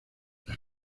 las